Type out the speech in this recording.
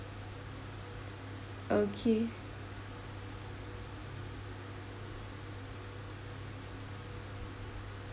okay